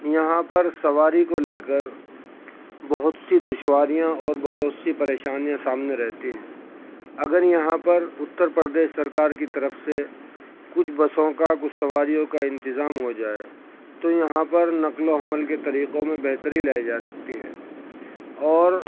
یہاں پر سواری کو لے کر بہت سی دشواریاں اور بہت سی پریشانیاں سامنے رہتی ہیں اگر یہاں پر اتر پردیش سرکار کی طرف سے کچھ بسوں کا کچھ سواریوں کا انتظام ہو جائے تو یہاں پر نقل و حمل کے طریقوں میں بہتری لائی جا سکتی ہے اور